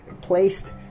placed